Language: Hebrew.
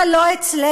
אבל לא אצלנו,